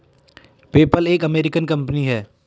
PayPal एक American company है